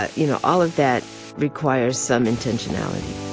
ah you know, all of that requires some intentionality